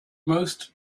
most